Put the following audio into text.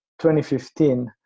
2015